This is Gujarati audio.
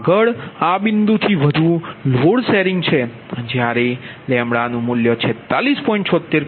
આગળ આ બિંદુથી વધુ લોડ શેરિંગ છે જ્યારે 46